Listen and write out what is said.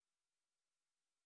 ואני אשקף את